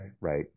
right